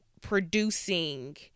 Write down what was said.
producing